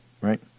Right